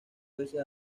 veces